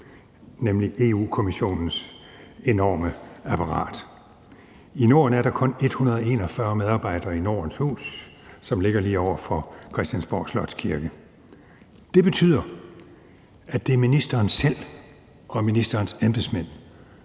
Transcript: nemlig EU-Kommissionens enorme apparat. I Norden er der kun 141 medarbejdere i Nordens Hus, som ligger lige over for Christiansborgs Slotskirke. Det betyder, at det er ministeren selv og ministerens embedsmænd,